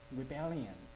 rebellion